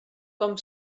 com